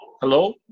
Hello